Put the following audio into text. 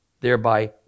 thereby